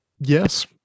Yes